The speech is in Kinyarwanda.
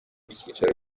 icyicaro